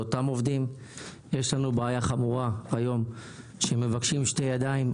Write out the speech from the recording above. יש לנו בעיה חמורה היום שמבקשים שתי ידיים,